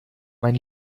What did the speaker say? mein